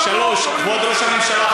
3. כבוד ראש הממשלה,